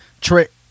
trick